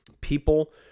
people